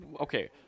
Okay